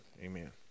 amen